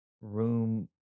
Room